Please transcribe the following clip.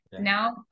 now